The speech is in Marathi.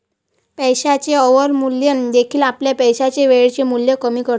पैशाचे अवमूल्यन देखील आपल्या पैशाचे वेळेचे मूल्य कमी करते